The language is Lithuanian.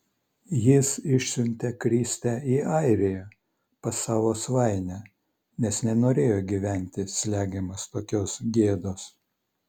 jis išsiuntė kristę į airiją pas savo svainę nes nenorėjo gyventi slegiamas tokios gėdos